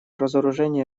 разоружению